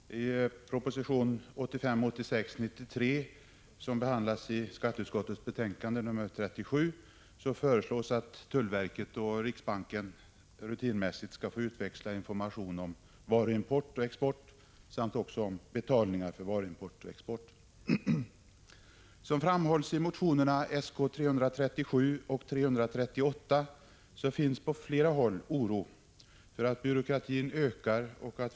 Herr talman! I proposition 1985/86:93 som behandlas i skatteutskottets betänkande nr 37 föreslås att tullverket och riksbanken rutinmässigt skall få utväxla information om varuimport och varuexport samt om betalningar för varuimport och varuexport. Som framhålls i motionerna §k337 och Sk338 finns på flera håll oro för att byråkratin ökar.